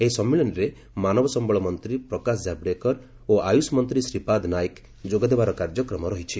ଏହି ସମ୍ମିଳନୀରେ ମାନବ ସମ୍ଭଳ ମନ୍ତ୍ରୀ ପ୍ରକାଶ ଜାବଡ଼େକର ଓ ଆୟୁଷ ମନ୍ତ୍ରୀ ଶ୍ରୀପାଦ୍ ନାଇକ ଯୋଗଦେବାର କାର୍ଯ୍ୟକ୍ରମ ରହିଛି